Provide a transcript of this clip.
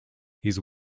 his